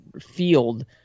field